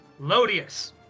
Lodius